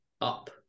up